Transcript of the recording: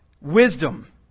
wisdom